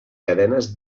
cadenes